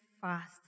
fast